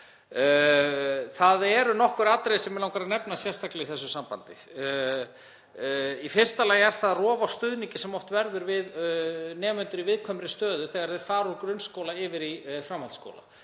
Það eru nokkur atriði sem mig langar að nefna sérstaklega í þessu sambandi. Í fyrsta lagi er það rof á stuðningi sem oft verður við nemendur í viðkvæmri stöðu þegar þeir fara úr grunnskóla í framhaldsskóla.